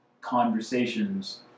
conversations